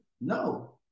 No